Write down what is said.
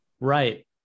Right